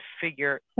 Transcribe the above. figure